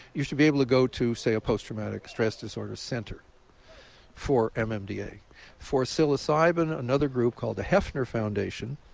you should be able to go to say a post-traumatic stress disorder center for um ah mmda. for psilocybin, another group called the hefner foundation